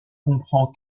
comprend